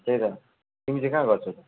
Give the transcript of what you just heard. त्यही त तिमी चाहिँ कहाँ गर्छौ